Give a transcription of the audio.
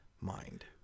mind